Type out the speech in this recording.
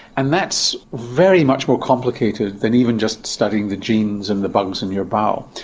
and that's very much more complicated than even just studying the genes and the bugs in your bowel.